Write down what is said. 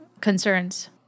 concerns